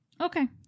okay